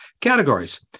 categories